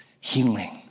healing